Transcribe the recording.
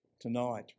tonight